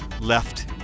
left